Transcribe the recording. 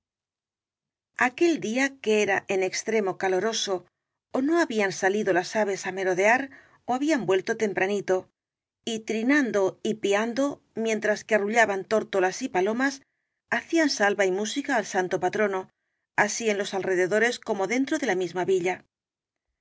aquel día que era en extremo caloroso ó no habían salido las aves á merodear ó habían vuelto tempranito y trinando y piando mientras que arrullaban tórtolas y palomas hacían salva y mú sica al santo patrono así en los alrededores como dentro de la misma villa